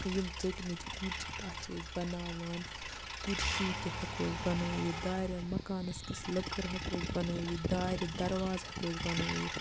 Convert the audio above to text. یِم ژٔٹمٕتۍ کُلۍ چھِ تَتھ چھِ أسۍ بَناوان کُرسی تہِ ہٮ۪کوس بَںٲیِتھ دارٮ۪ن مَکانَس کِژھ لٔکٕر ہٮ۪کوس بَنٲیِتھ دارِ دَرواز ہٮ۪کوس بَنٲیِتھ